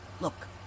Look